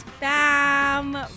Bam